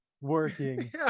working